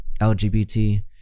LGBT